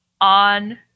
on